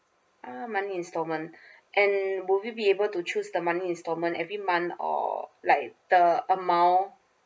ah monthly installment and would we be able to choose the monthly installment every month or like the amount